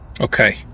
Okay